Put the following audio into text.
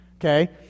okay